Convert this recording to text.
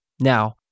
Now